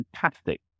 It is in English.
fantastic